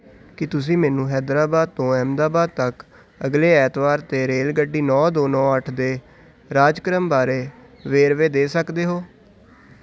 ਕੀ ਤੁਸੀਂ ਮੈਨੂੰ ਹੈਦਰਾਬਾਦ ਤੋਂ ਅਹਿਮਦਾਬਾਦ ਤੱਕ ਅਗਲੇ ਐਤਵਾਰ 'ਤੇ ਰੇਲਗੱਡੀ ਨੌ ਦੋ ਨੌ ਅੱਠ ਦੇ ਕਾਰਜਕ੍ਰਮ ਬਾਰੇ ਵੇਰਵੇ ਦੇ ਸਕਦੇ ਹੋ